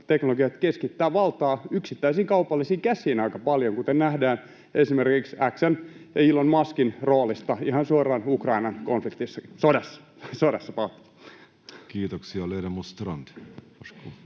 teknologiat keskittävät valtaa yksittäisiin kaupallisiin käsiin aika paljon, kuten nähdään esimerkiksi X:n ja Elon Muskin roolista ihan suoraan Ukrainan sodassa. Kiitoksia. — Ledamot Strand,